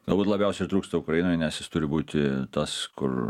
galbūt labiausia ir trūksta ukrainoj nes jis turi būti tas kur